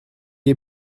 est